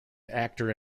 actor